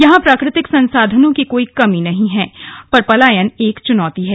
यहां प्रकृतिक संसाधनों की कोई कमी नही है पर पलयान एक चुनौती है